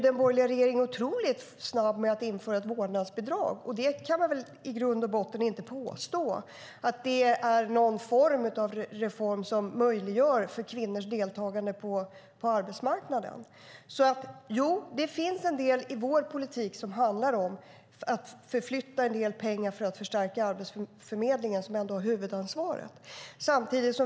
Den borgerliga regeringen var otroligt snabb med att införa ett vårdnadsbidrag, och man kan väl i grund och botten inte påstå att det är en reform som möjliggör kvinnors deltagande på arbetsmarknaden. Jo, det finns en del i vår politik som handlar om att förflytta pengar för att förstärka Arbetsförmedlingen, som ändå har huvudansvaret.